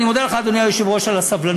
אני מודה לך, אדוני היושב-ראש, על הסבלנות.